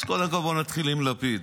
אז קודם כול, בואו נתחיל עם לפיד.